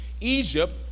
Egypt